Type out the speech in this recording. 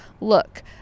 Look